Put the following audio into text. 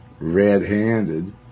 red-handed